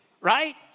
right